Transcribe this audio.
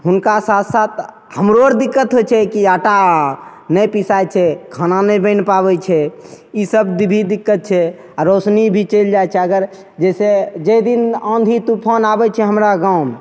हुनका साथ साथ हमरो आओर दिक्कत होइ छै कि आटा नहि पिसाइ छै खाना नहि बनि पाबै छै ईसब भी दिक्कत छै आओर रोशनी भी चलि जाइ छै अगर जइसे जाहि दिन आँधी तूफान आबै छै हमरा गाममे